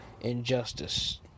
injustice